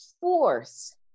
force